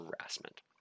harassment